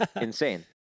Insane